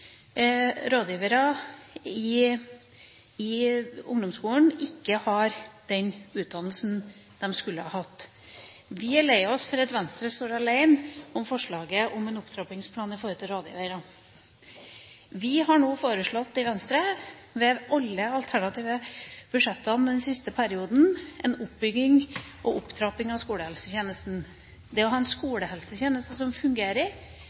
rådgivere i ungdomsskolen ikke har den utdannelsen de skulle ha hatt. Vi er lei oss for at Venstre står alene om forslaget om en opptrappingsplan for rådgiverne. Venstre har ved alle alternative budsjetter i den siste perioden foreslått en oppbygging og opptrapping av skolehelsetjenesten. Det å ha en skolehelsetjeneste som fungerer,